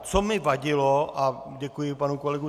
Co mi vadilo, a děkuji panu kolegovi